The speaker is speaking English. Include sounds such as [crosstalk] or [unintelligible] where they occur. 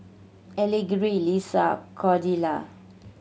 [unintelligible] Leesa Cordelia